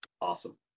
Awesome